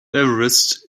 everest